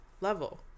level